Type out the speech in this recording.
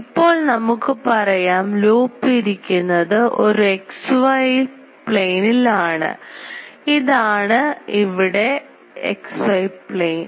ഇപ്പോൾ നമുക്ക് പറയാം ലൂപ്പ് ഇരിക്കുന്നത് ഒരു X Yപ്ലെയിനിൽ ആണ് ഇവിടെ ഇതാണ് X Y പ്ലെയിൻ